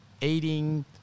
eating